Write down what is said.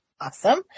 Awesome